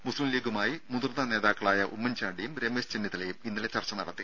മുസ്ലിം ലീഗുമായി മുതിർന്ന നേതാക്കളായ ഉമ്മൻചാണ്ടിയും രമേശ് ചെന്നിത്തലയും ഇന്നലെ ചർച്ച നടത്തി